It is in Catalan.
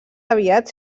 aviat